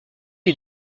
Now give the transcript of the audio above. les